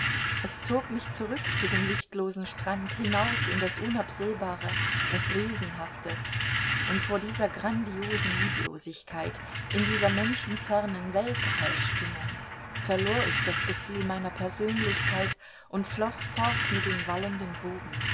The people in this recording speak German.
es zog mich zurück zu dem lichtlosen strand hinaus in das unabsehbare das riesenhafte und vor dieser grandiosen lieblosigkeit in dieser menschenfernen weltallsstimmung verlor ich das gefühl meiner persönlichkeit und floß fort mit den wallenden wogen